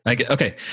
Okay